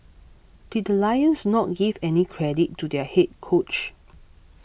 did the Lions not give any credit to their head coach